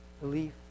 belief